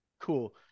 Cool